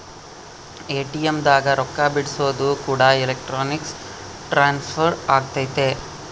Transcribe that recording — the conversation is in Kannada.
ಎ.ಟಿ.ಎಮ್ ದಾಗ ರೊಕ್ಕ ಬಿಡ್ಸೊದು ಕೂಡ ಎಲೆಕ್ಟ್ರಾನಿಕ್ ಟ್ರಾನ್ಸ್ಫರ್ ಅಗೈತೆ